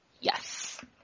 Yes